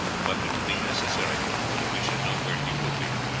but it will be necessary that we should know where you will be,